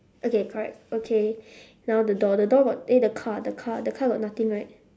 okay correct okay now the door the door got eh the car the car got nothing right